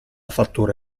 fattura